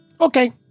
Okay